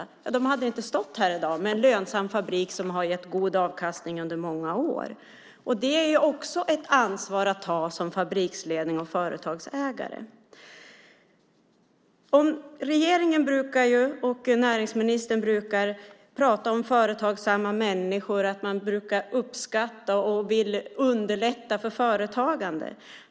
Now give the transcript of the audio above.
Då hade man inte stått här i dag med en lönsam fabrik som har gett god avkastning under många år. Det är också ett ansvar att ta som fabriksledning och företagsägare. Regeringen och näringsministern brukar tala om företagsamma människor, att man uppskattar dem och vill underlätta företagande.